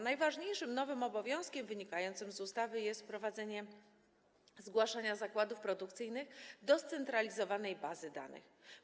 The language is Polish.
Najważniejszym nowym obowiązkiem wynikającym z ustawy jest wprowadzenie wymogu zgłaszania zakładów produkcyjnych do scentralizowanej bazy danych.